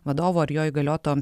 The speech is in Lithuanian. vadovo ar jo įgalioto